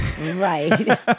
Right